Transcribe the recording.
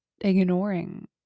ignoring